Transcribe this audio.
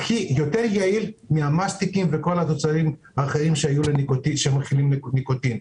זה יותר יעיל ממסטיקים וכל התוצרים האחרים שמכילים ניקוטין.